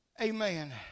Amen